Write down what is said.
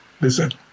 listen